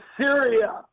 Syria